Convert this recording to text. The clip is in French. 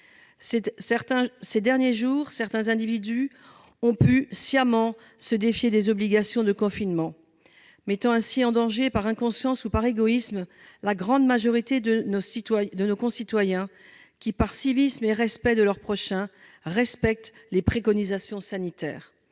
Ces derniers jours, certains individus ont pu, sciemment, se défier des obligations de confinement, mettant ainsi en danger, par inconscience ou par égoïsme, la grande majorité de nos concitoyens, qui, par civisme et respect de leur prochain, respectent les préconisations sanitaires.